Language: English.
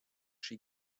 she